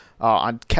on